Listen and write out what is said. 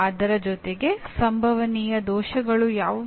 ಅದರ ಜೊತೆಗೆ ಸಂಭವನೀಯ ದೋಷಗಳು ಯಾವುವು